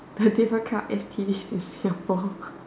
like different kinds of S_T_Ds in Singapore